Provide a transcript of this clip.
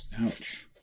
Ouch